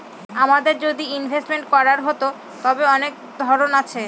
আমাদের যদি ইনভেস্টমেন্ট করার হতো, তবে অনেক ধরন আছে